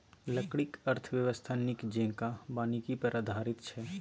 लकड़ीक अर्थव्यवस्था नीक जेंका वानिकी पर आधारित छै